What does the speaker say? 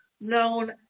known